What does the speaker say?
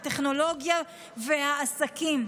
הטכנולוגיה והעסקים,